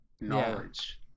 knowledge